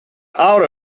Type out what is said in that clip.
out